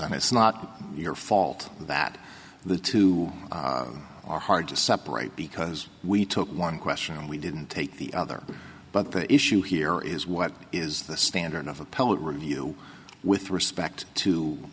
and it's not your fault that the two are hard to separate because we took one question and we didn't take the other but the issue here is what is the standard of appellate review with respect to